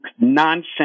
nonsense